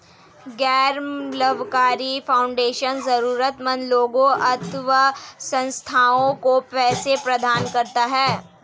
गैर लाभकारी फाउंडेशन जरूरतमन्द लोगों अथवा संस्थाओं को पैसे प्रदान करता है